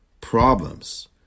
problems